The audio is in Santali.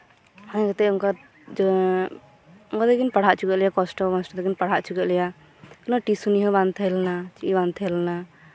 ᱡᱟᱦᱟᱸᱞᱮᱠᱟᱛᱮ ᱚᱱᱠᱟ ᱠᱟᱛᱮ ᱠᱤᱱ ᱯᱟᱲᱦᱟᱣ ᱩᱪᱩᱠᱮᱫ ᱞᱮᱭᱟ ᱠᱚᱥᱴᱚ ᱢᱚᱥᱴᱚ ᱛᱮᱠᱤᱱ ᱯᱟᱲᱦᱟᱣ ᱩᱪᱩᱠᱮᱫ ᱞᱮᱭᱟ ᱩᱱᱟᱹᱜ ᱴᱤᱭᱥᱤᱱᱤ ᱦᱚᱸ ᱵᱟᱝ ᱛᱟᱸᱦᱮ ᱞᱮᱱᱟ ᱪᱮᱫ ᱜᱤ ᱵᱟᱝ ᱛᱟᱦᱮᱸᱞᱮᱱᱟ